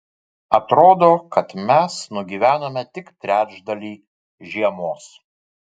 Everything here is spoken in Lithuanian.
atrodo kad mes nugyvenome tik trečdalį žiemos